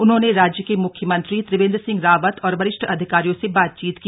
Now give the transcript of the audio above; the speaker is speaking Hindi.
उन्होंने राज्य के मुख्यमंत्री त्रिवेंद्र सिंह रावत और वरिष्ठ अधिकारियों से बातचीत की